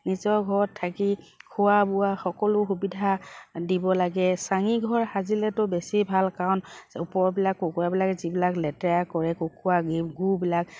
নিজৰ ঘৰত থাকি খোৱা বোৱা সকলো সুবিধা দিব লাগে চাঙীঘৰ সাজিলেতো বেছি ভাল কাৰণ ওপৰবিলাক কুকুৰাবিলাকে যিবিলাক লেতেৰা কৰে কুকুৰা গুবিলাক